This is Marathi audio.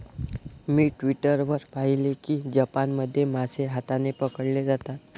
मी ट्वीटर वर पाहिले की जपानमध्ये मासे हाताने पकडले जातात